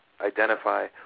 identify